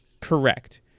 Correct